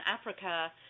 Africa